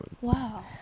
Wow